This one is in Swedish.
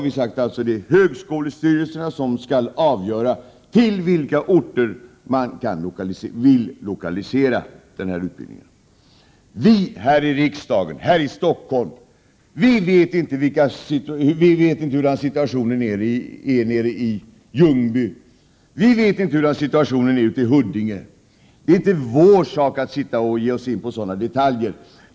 Vi här i riksdagen, här i Stockholm, vet inte hur situationen är nere i Ljungby eller i Huddinge. Det är inte vår sak att ge oss in på detaljer.